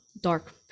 dark